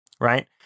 right